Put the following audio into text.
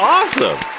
Awesome